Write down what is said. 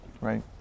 Right